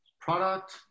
Product